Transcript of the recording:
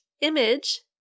image